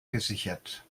gesichert